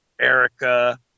Erica